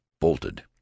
bolted